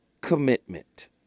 commitment